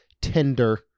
tender